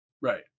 right